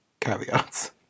caveats